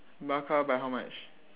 Barca by how much